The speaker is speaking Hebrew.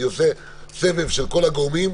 אני עושה סבב של כל הגורמים,